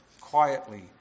quietly